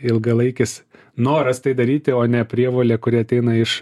ilgalaikis noras tai daryti o ne prievolė kuri ateina iš